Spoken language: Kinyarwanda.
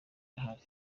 irahari